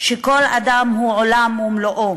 שכל אדם הוא עולם ומלואו,